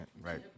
Right